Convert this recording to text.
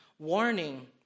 Warning